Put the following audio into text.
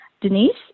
Denise